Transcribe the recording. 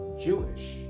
Jewish